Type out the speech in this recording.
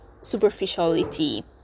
superficiality